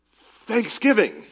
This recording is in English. thanksgiving